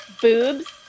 Boobs